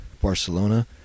Barcelona